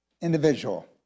individual